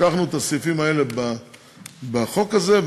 לקחנו את הסעיפים האלה בחוק הזה,